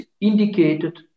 indicated